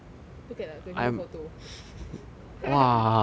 look at the graduation photo